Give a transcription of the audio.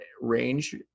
range